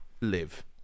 live